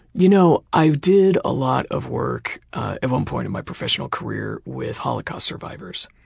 you know i did a lot of work at one point in my professional career with holocaust survivors.